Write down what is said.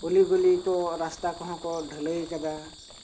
ᱩᱞᱤ ᱜᱩᱞᱤ ᱠᱚ ᱨᱟᱥᱛᱟ ᱠᱚᱦᱚᱸ ᱠᱚ ᱰᱷᱟᱹᱞᱟᱹᱭ ᱟᱠᱟᱫᱟ